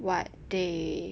what they